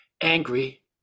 angry